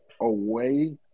away